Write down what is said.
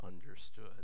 understood